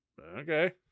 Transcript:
okay